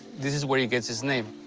this is where it gets its name.